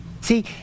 See